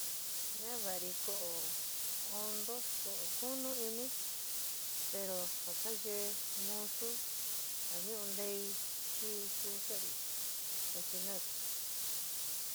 Ñaava'ari ko'o hondó ko'o kúnu ɨnɨ pero ja ka yeé musu ja ñuu nteɨ chí ku sari cosinar.